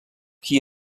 qui